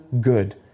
good